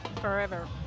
forever